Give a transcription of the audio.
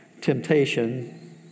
temptation